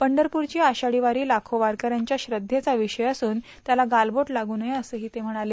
पंढरपूरची आषाढी वारी लाखो वारकऱ्यांच्या श्रघ्देचा विषय असून त्याला गालवोट लागू नये असंही ते म्हणाले